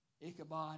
Ichabod